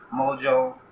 mojo